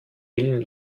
willen